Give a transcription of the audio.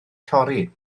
torri